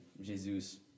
Jesus